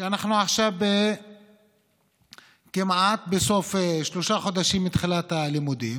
אנחנו עכשיו כמעט בסוף שלושה חודשים מתחילת הלימודים,